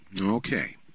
Okay